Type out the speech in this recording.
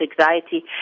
anxiety